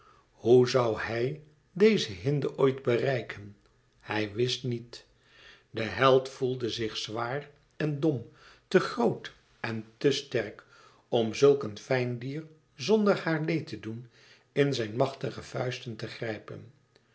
hoè zoû hij deze hinde ooit bereiken hij wist niet de held voelde zich zwaar en dom te groot en te sterk om zulk een fijn dier zonder haar leed te doen in zijn machtige vuisten te grijpen